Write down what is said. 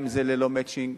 גם זה ללא "מצ'ינג".